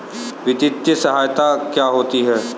वित्तीय सहायता क्या होती है?